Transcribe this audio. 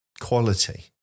quality